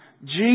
Jesus